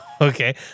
Okay